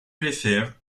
playfair